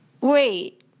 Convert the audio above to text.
wait